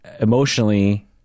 emotionally